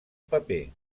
paper